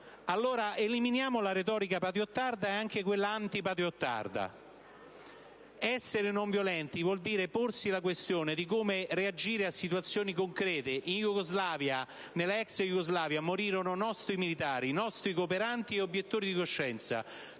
Allora, eliminiamo la retorica patriottarda e anche quella antipatriottarda. Essere non violenti vuol dire porsi la questione di come reagire a situazioni concrete. Nella ex Iugoslavia morirono nostri militari, nostri cooperanti e obiettori di coscienza,